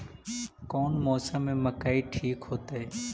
कौन मौसम में मकई ठिक होतइ?